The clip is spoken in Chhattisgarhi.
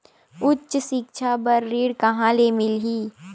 उच्च सिक्छा बर ऋण कहां ले मिलही?